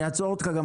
אני אעצור אותך.